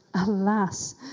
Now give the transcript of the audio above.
Alas